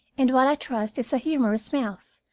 and what i trust is a humorous mouth,